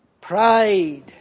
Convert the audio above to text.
Pride